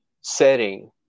setting